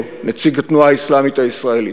או נציג התנועה האסלאמית הישראלית,